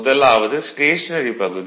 முதலாவது ஸ்டேஷனரி பகுதி